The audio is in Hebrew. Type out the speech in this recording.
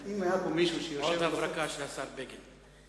עוד הברקה של השר בגין.